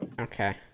Okay